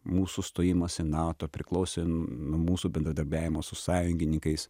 mūsų stojimas į nato priklausė nuo mūsų bendradarbiavimo su sąjungininkais